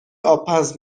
آبپز